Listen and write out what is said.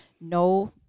no